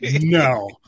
No